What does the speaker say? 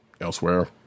elsewhere